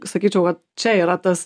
sakyčiau kad čia yra tas